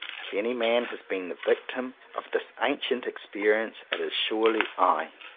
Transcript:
if any man has been the victim of this ancient experience, it is surely i.